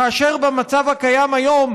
כאשר במצב הקיים היום,